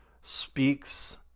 speaks